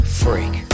freak